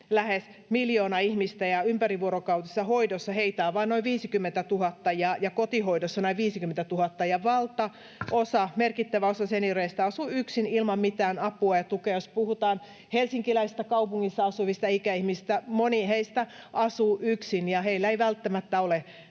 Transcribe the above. lähes miljoona ihmistä, ja ympärivuorokautisessa hoidossa heitä on vain noin 50 000 ja kotihoidossa noin 50 000. Valtaosa, merkittävä osa senioreista asuu yksin ilman mitään apua ja tukea. Jos puhutaan helsinkiläisistä, kaupungissa asuvista ikäihmisistä, moni heistä asuu yksin ja heillä ei välttämättä ole mitään